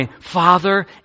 father